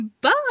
Bye